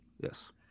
Yes